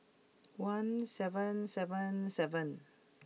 one seven seven seven